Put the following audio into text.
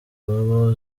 abo